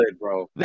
bro